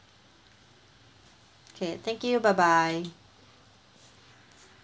okay thank you bye bye